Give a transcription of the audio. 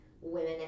women